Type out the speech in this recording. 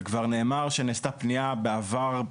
וכבר נאמר שנעשתה פנייה בעבר,